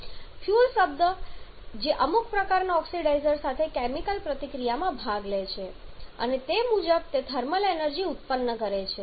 fuel એ પદાર્થ છે જે અમુક પ્રકારના ઓક્સિડાઇઝર સાથે કેમિકલ પ્રતિક્રિયામાં ભાગ લે છે અને તે મુજબ તે થર્મલ એનર્જી ઉત્પન્ન કરે છે